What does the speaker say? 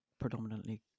predominantly